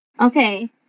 Okay